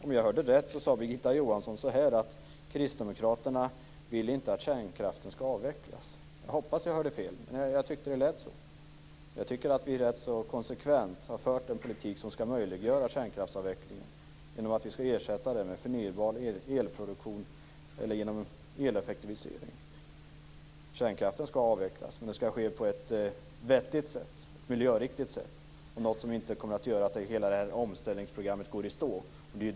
Om jag hörde rätt sade Birgitta Johansson att kristdemokraterna inte vill att kärnkraften skall avvecklas. Jag hoppas att jag hörde fel, men jag tyckte att det lät så. Vi har ganska konsekvent fört en politik som skall möjliggöra kärnkraftsavvecklingen genom att man skall ersätta kärnkraft med förnybar elproduktion eller genom eleffektivisering. Kärnkraften skall avvecklas, men det skall ske på ett vettigt och miljöriktigt sätt och på ett sätt som inte gör att hela omställningsprogrammet går i stå.